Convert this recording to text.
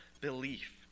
belief